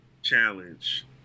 challenge